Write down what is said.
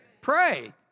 Pray